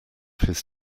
his